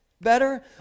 better